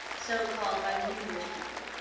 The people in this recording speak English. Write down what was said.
so called by the newbridge people,